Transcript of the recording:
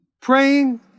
praying